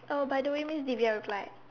oh by the way miss Divya replied